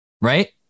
right